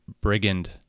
Brigand